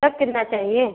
तब कितना चाहिए